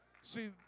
See